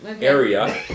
area